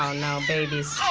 um no, babies.